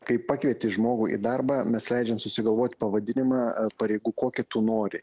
kai pakvieti žmogų į darbą mes leidžiam susigalvot pavadinimą pareigų kokį tu nori